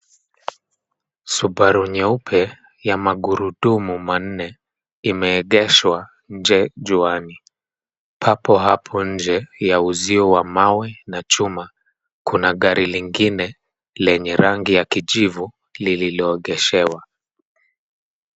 Subaru nyeupe, ya magurudumu manne imeegeshwa nje juani. Papo hapo nje ya uzio wa mawe na chuma, kuna gari lingine lenye rangi ya kijivu, lililogeshewa.